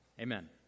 Amen